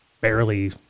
barely